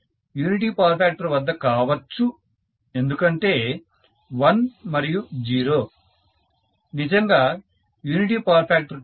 unity power factor వద్ద కావచ్చు ఎందుకంటే 1 మరియు 0 నిజంగా యూనిటీ పవర్ ఫ్యాక్టర్ కాదు